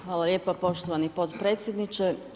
Hvala lijepa poštovani potpredsjedniče.